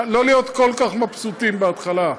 לא להיות כל כך מבסוטים בהתחלה.